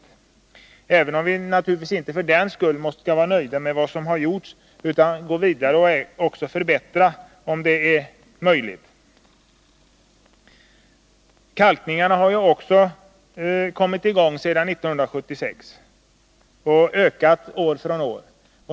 För den skull skall vi naturligtvis inte vara nöjda med vad som har gjorts, utan vi skall gå vidare och, om det är möjligt, förbättra resultatet. Kalkningarna har också kommit i gång sedan 1976 — och ökat år från år.